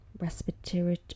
respiratory